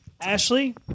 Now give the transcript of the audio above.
Ashley